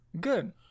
Good